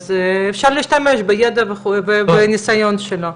אז אפשר להשתמש בידע ובניסיון שלו.